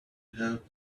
help